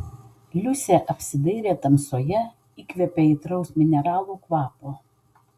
liusė apsidairė tamsoje įkvėpė aitraus mineralų kvapo